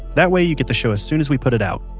that way you get the show as soon as we put it out.